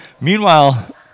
Meanwhile